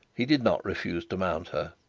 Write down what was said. he did not refuse to mount her.